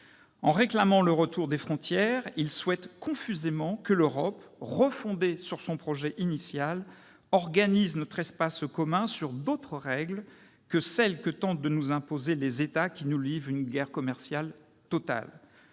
En réclamant le retour des frontières, ils souhaitent confusément que l'Europe, refondée sur son projet initial, organise notre espace commun sur d'autres règles que celles que tentent de nous imposer les États qui nous livrent une guerre commerciale totale.